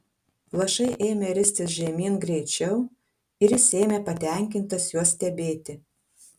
lašai ėmė ristis žemyn greičiau ir jis ėmė patenkintas juos stebėti